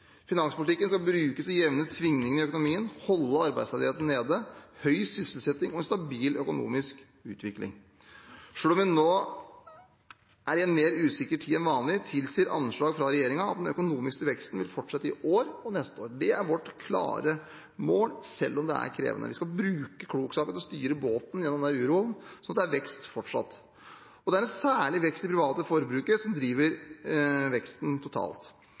Finanspolitikken skal brukes til å jevne ut svingningene i økonomien, holde arbeidsledigheten nede, høy sysselsetting og en stabil økonomisk utvikling. Selv om vi nå er i en mer usikker tid enn vanlig, tilsier anslag fra regjeringen at den økonomiske veksten vil fortsette i år og neste år. Det er vårt klare mål, selv om det er krevende. Vi skal bruke klokskapen til å styre båten gjennom denne uroen slik at det fortsatt er vekst. Det er en særlig vekst i det private forbruket som driver veksten totalt.